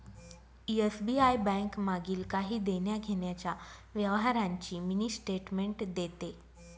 SBI bank मागील काही देण्याघेण्याच्या व्यवहारांची मिनी स्टेटमेंट देते